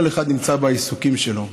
כל אחד נמצא בעיסוקים שלו,